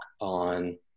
on